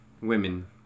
women